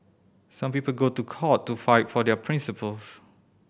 some people go to court to fight for their principles